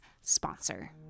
sponsor